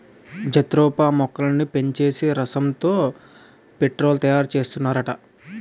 jatropha మొక్కలని పిండేసి రసంతో పెట్రోలు తయారుసేత్తన్నారట